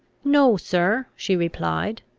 no, sir, she replied,